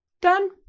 Done